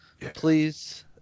please